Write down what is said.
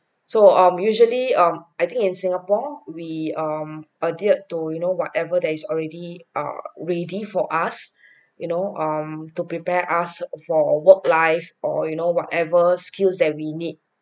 so um usually um I think in singapore we um adhered to you know whatever that is already err ready for us you know um to prepare us for work life or you know whatever skills that we need